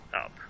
Up